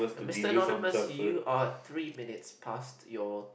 the Mister Anonymous you are three minutes past your